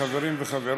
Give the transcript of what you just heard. חברים וחברות,